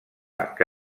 que